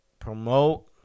promote